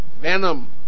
venom